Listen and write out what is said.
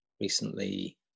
recently